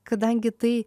kadangi tai